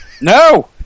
No